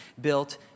built